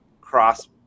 cross